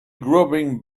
grubbing